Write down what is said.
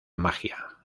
magia